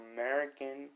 American